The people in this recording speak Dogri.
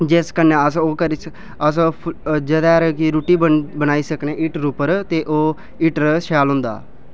ते जिस कन्नै अस ओह् करी सकने ओह्रु फु जेह्दे कि रुट्टी बनाई सकने आं हीटर उप्पर ते ओह् हीटर शैल होंदा